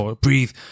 Breathe